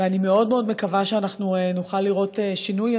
ואני מאוד מאוד מקווה שנוכל לראות שינוי.